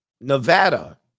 Nevada